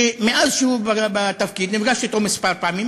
שמאז שהוא בתפקיד נפגשתי אתו כמה פעמים,